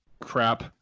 crap